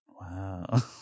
wow